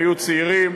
היו צעירים,